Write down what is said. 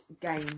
game